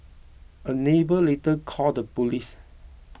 a neighbour later called the police